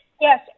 Yes